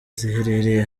ziherereye